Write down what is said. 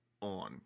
on